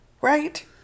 Right